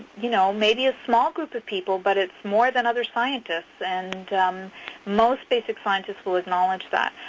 you know maybe a small group of people, but it's more than other scientists and most basic scientists will acknowledge that.